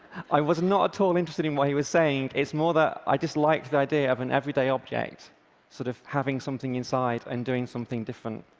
i was not at all interested in what he was saying. it's more that i just liked the idea of an everyday object sort of having something inside and doing something different.